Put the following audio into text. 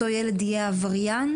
אותו ילד יהיה עבריין,